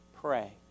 pray